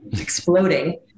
exploding